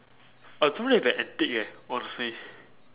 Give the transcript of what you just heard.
I don't have an antic eh honestly